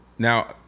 Now